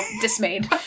dismayed